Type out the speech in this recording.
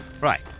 Right